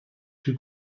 too